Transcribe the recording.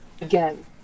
again